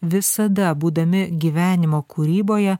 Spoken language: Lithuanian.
visada būdami gyvenimo kūryboje